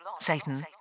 Satan